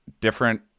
different